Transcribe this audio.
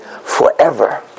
forever